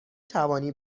توانی